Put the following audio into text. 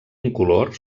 incolor